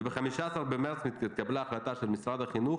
וב-15 במרץ התקבלה החלטה של משרד החינוך